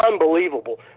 unbelievable